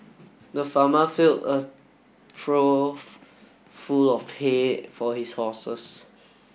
the farmer filled a trough full of hay for his horses